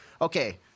okay